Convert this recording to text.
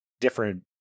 different